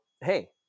hey